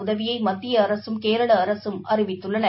உதவியை மத்திய அரசும் கேரள அரசும் அறிவித்துள்ளன